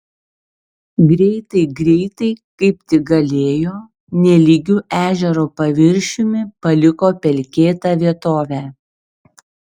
greitai greitai kaip tik galėjo nelygiu ežero paviršiumi paliko pelkėtą vietovę